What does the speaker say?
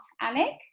Alec